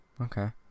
Okay